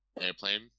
Airplane